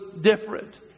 different